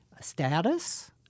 status